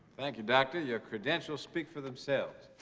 thank you doctor, your credentials speak for themselves.